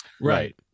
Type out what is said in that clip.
Right